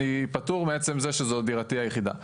אני פטור מעצם זו שזו דירתי היחידה.